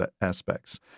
aspects